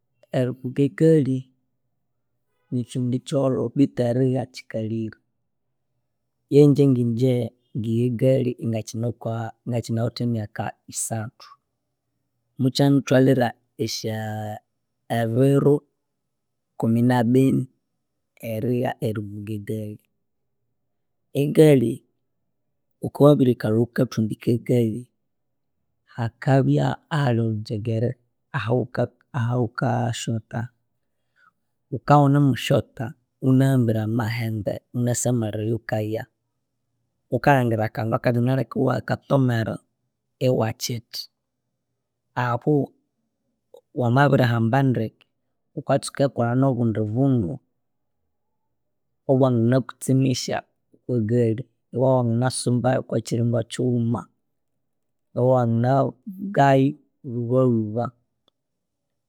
Erifunga engalhi nikyidu kyolho bethu erihga kyikalire yangye ngegye ngegha engalhi ingakyinakwa ingakyinawithe emyaka isathu mukyanithwalira esya ebiru kumi nabini erigha eribunga engalhi, engalhi wukabya wabirikalha okwa kathumbi kyengalhi hakabya ahalhi olhungyengere, ahawuka ahawukasyotha, wukabya wunemusyotha yiwunahambire amahembe, yiwunasamalhire eyawukaya wukalhangira akandu kanganaleka yiwakathomera yiwakyitha, ahu wamabirihamba ndeke wukatsuka kolha nobundi bundu obwanganakutsemetsa okwangalhi yiwabya wanganasumbayo oko kyiringo kyighuma yiwanganavungayo lhubalhuba